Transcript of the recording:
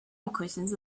equations